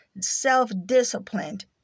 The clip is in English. self-disciplined